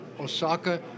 Osaka